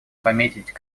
пометить